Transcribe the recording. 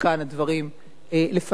הדברים לפני,